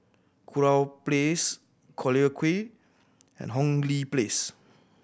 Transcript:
Kurau Place Collyer Quay and Hong Lee Place